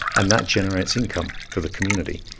and that generates income for the community.